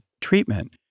treatment